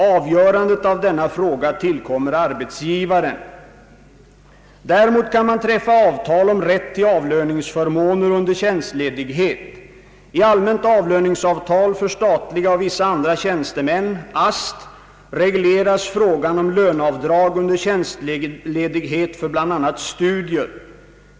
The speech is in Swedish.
Avgörandet av denna fråga tillkommer arbetsgivaren. Däremot kan man träffa avtal om rätt till avlöningsförmåner under tjänstledighet. I allmänt avlöningsavtal för statliga och vissa andra tjänstemän regleras frågan om löneavdrag under tjänstledighet för bl.a. studier.